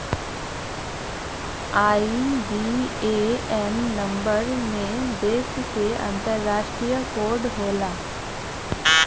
IBAN number में देश क अंतरराष्ट्रीय कोड होला